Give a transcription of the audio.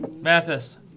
Mathis